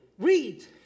read